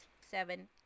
seven